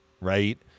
right